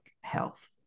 health